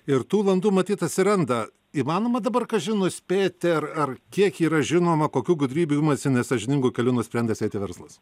ir tų landų matyt atsiranda įmanoma dabar kažin nuspėti ar ar kiek yra žinoma kokių gudrybių imasi nesąžiningu keliu nusprendęs eiti verslas